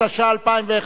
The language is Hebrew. התשע"א 2011,